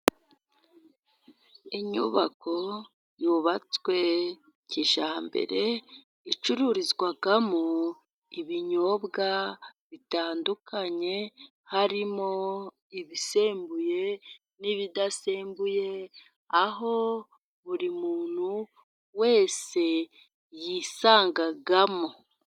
Inyubako yubatswe kijyambere , icururizwamo ibinyobwa bitandukanye harimo ibisembuye n'ibidasembuye , aho buri muntu wese yisangamo.